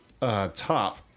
top